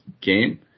game